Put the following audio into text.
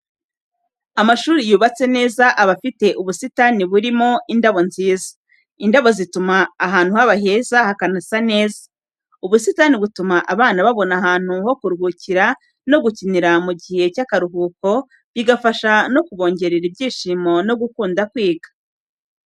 Amashuri yubatse neza aba afite ubusitani burimo indabo nziza. Indabo zituma ahantu haba heza hakanasa neza. Ubusitani butuma abana babona ahantu ho kuruhukira no gukinira mu gihe cy'akaruhuko, bigafasha mu kubongerera ibyishimo no gukunda kwiga.